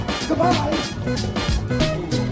Goodbye